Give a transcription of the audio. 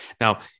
Now